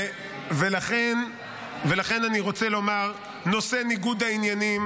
ולכן אני רוצה לומר: נושא ניגוד העניינים,